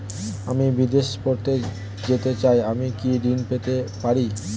আমি বিদেশে পড়তে যেতে চাই আমি কি ঋণ পেতে পারি?